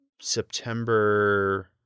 September